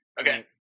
Okay